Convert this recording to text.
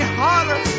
hotter